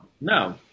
No